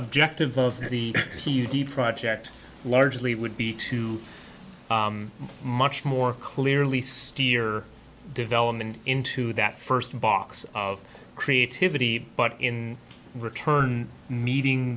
objective of the project largely would be to much more clearly steer development into that first box of creativity but in return meeting